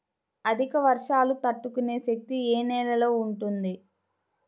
అధిక వర్షాలు తట్టుకునే శక్తి ఏ నేలలో ఉంటుంది?